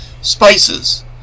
spices